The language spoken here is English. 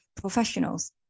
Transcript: professionals